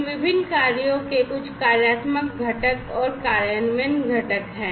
इन विभिन्न कार्यों के कुछ कार्यात्मक घटक और कार्यान्वयन घटक हैं